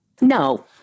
No